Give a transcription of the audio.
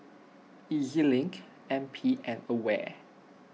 E Z Link N P and Aware